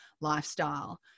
lifestyle